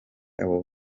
abo